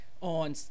on